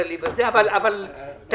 ננעלה בשעה 10:20.